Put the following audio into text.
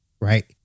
right